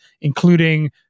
including